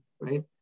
right